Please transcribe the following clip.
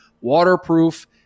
waterproof